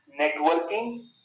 networking